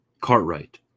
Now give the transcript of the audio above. Cartwright